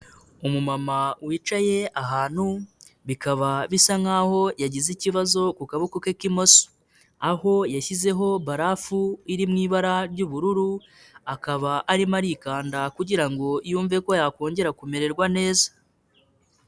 Umumama wicaye ahantu bikaba bisa nkaho yagize ikibazo ku kaboko ke k'imoso, aho yashyizeho barafu iri mu ibara ry'ubururu, akaba arimo arikanda kugira ngo yumve ko yakongera kumererwa neza.